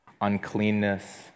uncleanness